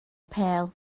pêl